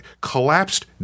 collapsed